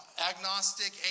agnostic